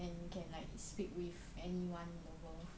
and you can like speak with anyone in the world